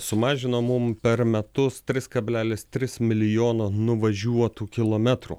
sumažino mum per metus tris kablelis tris milijono nuvažiuotų kilometrų